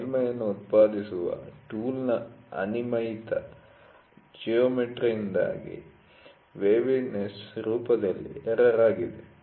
ಮೇಲ್ಮೈಯನ್ನು ಉತ್ಪಾದಿಸುವ ಟೂಲ್'ನ ಅನಿಯಮಿತ ಜಿಯೋಮೆಟ್ರಿಯಿಂದಾಗಿ ವೇವಿನೆಸ್ ರೂಪದಲ್ಲಿಎರರ್ ಆಗಿದೆ